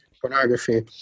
pornography